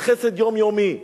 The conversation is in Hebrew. זה חסד יומיומי,